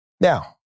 Now